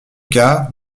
cas